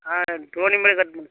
ஆ டோனி மாதிரி கட் பண்ணுங்க சார்